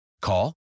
Call